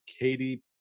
Katie